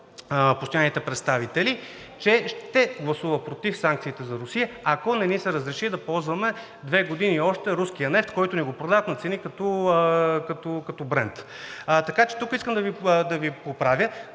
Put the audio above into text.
постоянните представители, че ще гласува против санкциите за Русия, ако не ни се разреши да ползваме две години още руския нефт, който ни го продават на цени, като Брент. Така че тук искам да Ви поправя